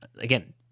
again